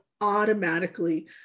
automatically